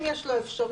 אם יש לו אפשרות,